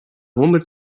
honderd